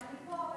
אני פה,